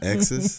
Exes